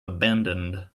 abandoned